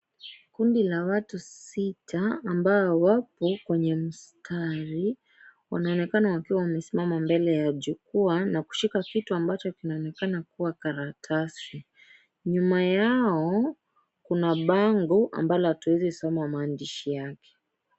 Kundi la watu sita, ambao wapo kwenye mstari. Wanaoneka wakiwa wamesimama mbele ya jukwaa na kushika kitu ambacho kinaonekana kuwa karatasi. Nyuma yao, kuna bango ambalo hatuwezi soma maandishi yake.